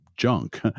Junk